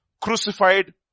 crucified